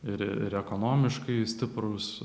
ir ir ekonomiškai stiprus